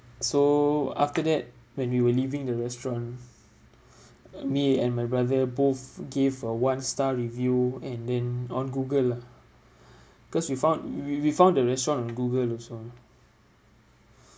so after that when we were leaving the restaurant uh me and my brother both gave a one star review and then on google lah cause we found we we we found the restaurant on google also